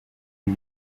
uyu